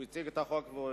הוא הציג את החוק ויצא.